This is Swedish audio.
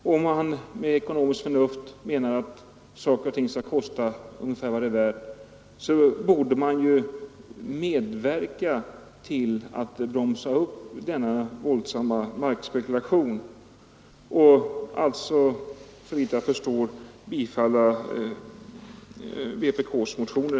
Och om han med ekonomiskt förnuft menar att saker och ting skall kosta vad de är värda borde han medverka till att bromsa upp denna våldsamma markspekulation. Såvitt jag förstår borde han alltså rösta på vpk:s motioner.